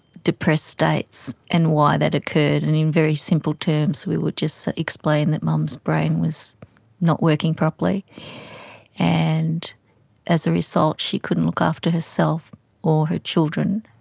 depressed states and why that occurred, and in very simple terms we would just explain that mum's brain was not working properly and as a result she couldn't look after herself or her children,